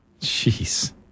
Jeez